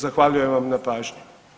Zahvaljujem vam na pažnji.